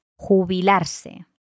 jubilarse